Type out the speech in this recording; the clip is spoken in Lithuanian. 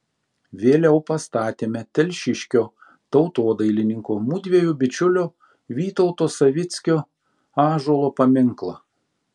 vėliau pastatėme telšiškio tautodailininko mudviejų bičiulio vytauto savickio ąžuolo paminklą